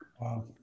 Wow